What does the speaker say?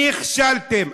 נכשלתם.